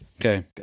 Okay